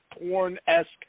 porn-esque